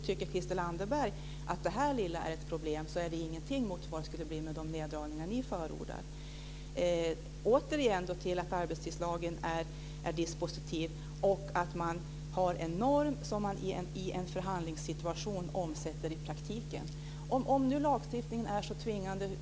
Tycker Christel Anderberg att detta lilla är ett problem kan jag säga att det inte är någonting jämfört med vad som skulle bli fallet med de neddragningar ni förordar. Återigen går jag till att arbetstidslagen är dispositiv och att man har en norm som man i en förhandlingssituation omsätter i praktiken.